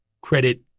credit